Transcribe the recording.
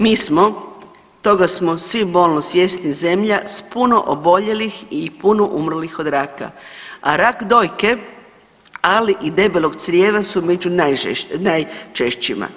Mi smo toga smo svi bolno svjesni zemlja s puno oboljelih i puno umrlih od raka, a rak dojke ali i debelog crijeva su među najčešćima.